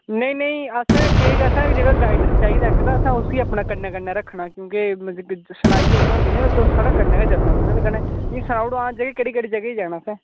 नेईं नेईं असें केह् जेह्ड़ा गाइडर चाहिदा इक ते असें उसी अपने कन्नै कन्नै रक्खना क्योंकि मतलब सनाइयै होंदा नी ते तुसें साढ़े कन्नै गै चलना तुसें ते कन्नै मिगी सनाउड़ो केह्ड़ी केह्ड़ी जगह् जाना असें